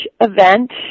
event